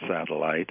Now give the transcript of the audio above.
satellite